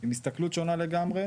עם הסתכלות שונה לגמרי,